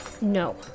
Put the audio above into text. No